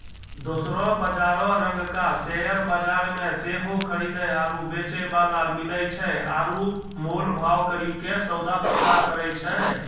दोसरो बजारो रंगका शेयर बजार मे सेहो खरीदे आरु बेचै बाला मिलै छै आरु मोल भाव करि के सौदा पक्का करै छै